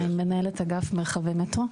מנהלת אגף מרחבי מטרו.